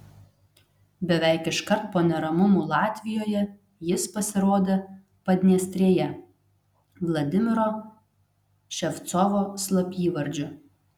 beveik iškart po neramumų latvijoje jis pasirodė padniestrėje vladimiro ševcovo slapyvardžiu